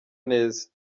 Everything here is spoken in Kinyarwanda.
neza